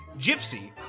Gypsy